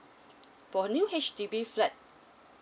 for new H_D_B flat